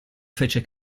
fece